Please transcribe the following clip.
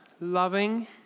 loving